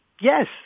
Yes